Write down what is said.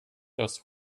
das